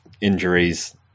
injuries